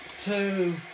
two